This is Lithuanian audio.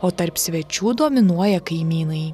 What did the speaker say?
o tarp svečių dominuoja kaimynai